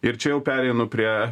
ir čia jau pereinu prie